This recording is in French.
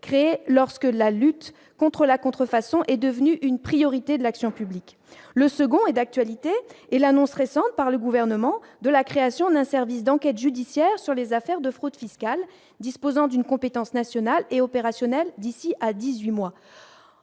créée lorsque la lutte contre la contrefaçon est devenu une priorité de l'action publique, le second est d'actualité et l'annonce récente par le gouvernement de la création d'un service d'enquête judiciaire sur les affaires de fraude fiscale, disposant d'une compétence nationale et opérationnel d'ici à 18 mois,